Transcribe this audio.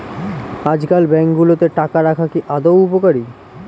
আজকাল ব্যাঙ্কগুলোতে টাকা রাখা কি আদৌ উপকারী?